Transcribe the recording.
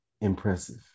impressive